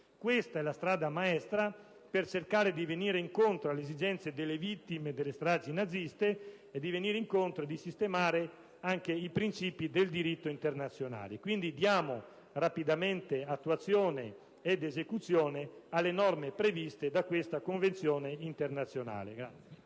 Questa è la strada maestra per cercare di venire incontro alle esigenze delle vittime delle stragi naziste e anche di armonizzare il nostro ordinamento ai principi del diritto internazionale. Quindi, diamo rapidamente attuazione ed esecuzione alle norme previste da questa Convenzione internazionale!